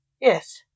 Yes